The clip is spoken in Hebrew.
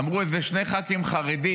אמרו איזה שני ח"כים חרדים,